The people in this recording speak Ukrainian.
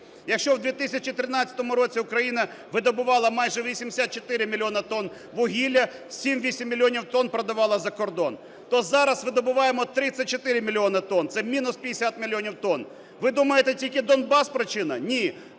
Якщо в 2013 році Україна видобували майже 84 мільйони тонн вугілля, 7-8 мільйонів тонн продавала за кордон, то зараз видобуваємо 34 мільйони тонн – це мінус 50 мільйонів тонн. Ви думаєте, тільки Донбас – причина? Ні,